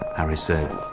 harry said.